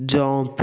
jump